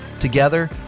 Together